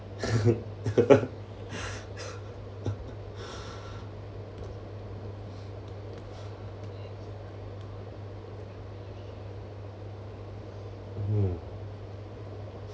mm